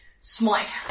Smite